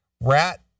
rat